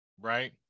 Right